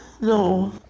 No